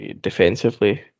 defensively